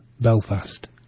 Belfast